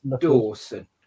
Dawson